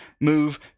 move